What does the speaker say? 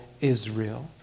Israel